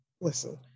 listen